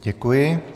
Děkuji.